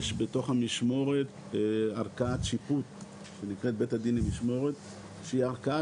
יש בתוך המשמורת ערכאת שיפוט שנקראת בית הדין למשמורת שהיא ערכאה